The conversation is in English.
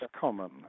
common